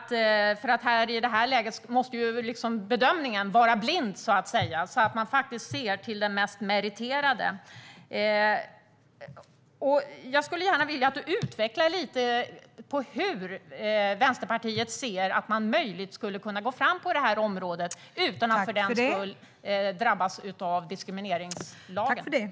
I det här läget måste bedömningen vara blind, så att man faktiskt ser till den mest meriterade. Jag undrar om Linda Snecker kan utveckla hur Vänsterpartiet ser på att gå framåt på området utan att för den skull drabbas av diskrimineringslagen.